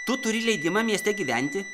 tu turi leidimą mieste gyventi